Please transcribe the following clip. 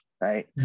Right